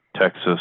Texas